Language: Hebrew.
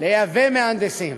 לייבא מהנדסים.